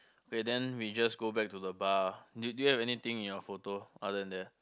okay then we just go back to the bar do do you have anything in your photo other than that